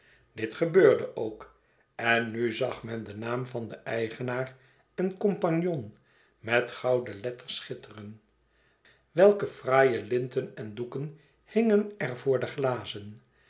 dit gebeurde ook en nu zag men den naam van den eigenaar en com p met gouden letters schitteren welke fraaie linten en doeken hingen er voor de glazen